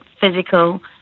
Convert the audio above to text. physical